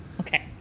Okay